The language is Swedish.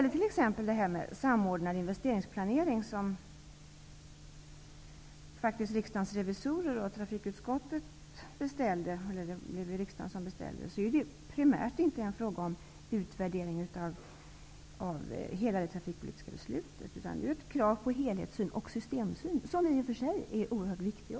Riksdagen beställde ju en samordnad investeringsplanering. Men det är inte primärt en fråga om utvärdering av hela det trafikpolitiska beslutet. Det är ett krav på helhetssyn och systemsyn, som i och för sig också är oerhört viktigt.